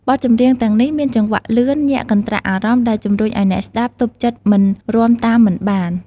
ហើយត្រូវបានគេលេងដោយឧបករណ៍ភ្លេងបុរាណខ្មែរដូចជា ត្រែ កូត រនាត ស្គរធំៗ និងទ្រ។